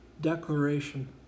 declaration